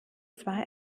zwei